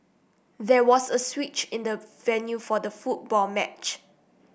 there was a switch in the venue for the football match